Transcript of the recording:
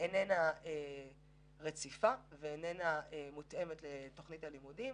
איננה רציפה, איננה מותאמת לתכנית הלימודים,